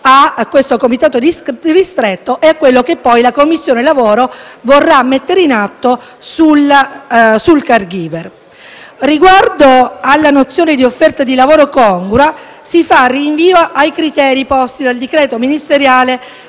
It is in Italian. a tale Comitato ristretto e a quello che poi la Commissione vorrà mettere in atto sulla figura del *caregiver*. Con riguardo alla nozione di offerta di lavoro congrua, si fa rinvio ai criteri posti dal decreto ministeriale